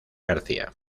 garcía